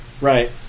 Right